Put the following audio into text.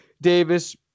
Davis